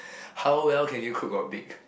how well can you cook or bake